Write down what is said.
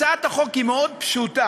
הצעת החוק היא מאוד פשוטה,